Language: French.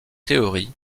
théorie